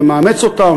ומאמץ אותם,